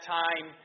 time